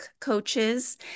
coaches